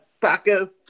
Paco